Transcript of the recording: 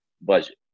budget